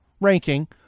ranking